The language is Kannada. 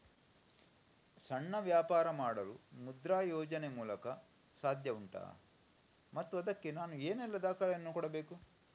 ಸಣ್ಣ ವ್ಯಾಪಾರ ಮಾಡಲು ಮುದ್ರಾ ಯೋಜನೆ ಮೂಲಕ ಸಾಧ್ಯ ಉಂಟಾ ಮತ್ತು ಅದಕ್ಕೆ ನಾನು ಏನೆಲ್ಲ ದಾಖಲೆ ಯನ್ನು ಕೊಡಬೇಕು?